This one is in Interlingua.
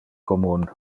commun